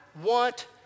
want